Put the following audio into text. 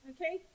Okay